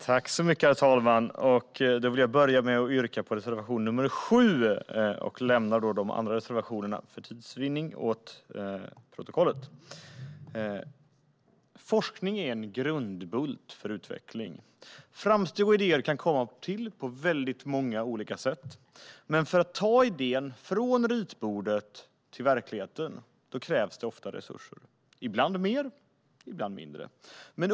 Herr talman! Jag vill börja med att yrka bifall till reservation 7 och för tids vinnande lämna de övriga till protokollet. Forskning är en grundbult för utveckling. Framsteg och idéer kan komma på väldigt många sätt, men för att ta idén från ritbordet till verkligheten krävs det ofta resurser - ibland mer, ibland mindre.